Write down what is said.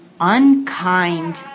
unkind